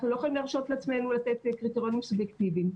אנחנו לא יכולים להרשות לעצמנו לתת קריטריונים סובייקטיביים.